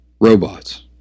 robots